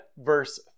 verse